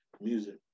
music